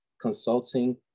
consulting